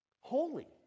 Holy